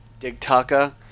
Digtaka